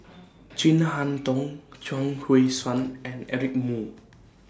Chin Harn Tong Chuang Hui Tsuan and Eric Moo